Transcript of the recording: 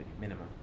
minimum